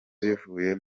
bivuye